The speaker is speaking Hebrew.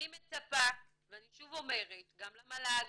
אני מצפה ואני שוב אומרת, גם למל"ג